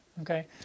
Okay